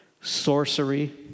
sorcery